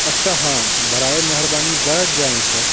اچھا ہاں براے مہربانی بیٹھ جائیں سر